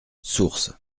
source